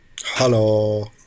Hello